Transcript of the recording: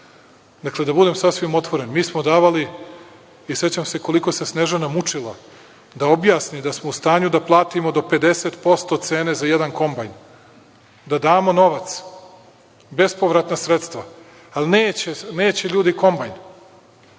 farmi. Dakle, da budem sasvim otvoren, mi smo davali i sećam se koliko se Snežana mučila da objasni da smo u stanju da platimo do 50% cene za jedan kombajn, da damo novac, bespovratna sredstva. Ali, neće ljudi kombajn,